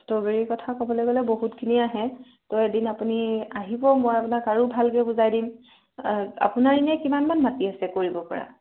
strawberry কথা ক'বলৈ গ'লে বহুতখিনি আহে তো এদিন আপুনি আহিব মই আপোনাক আৰু ভালকৈ বুজাই দিম আ আপোনাৰ এনে কিমানমান মাটি আছে কৰিব পৰা